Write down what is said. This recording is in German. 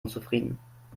unzufrieden